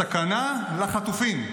סכנה לחטופים,